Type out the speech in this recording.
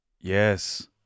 Yes